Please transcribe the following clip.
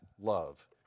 love